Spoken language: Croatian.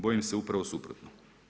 Bojim se upravo suprotno.